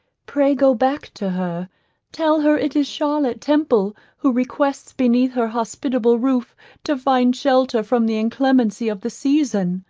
pray go back to her tell her it is charlotte temple who requests beneath her hospitable roof to find shelter from the inclemency of the season.